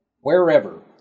wherever